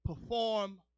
perform